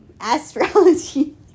Astrology